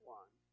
one